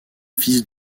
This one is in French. fils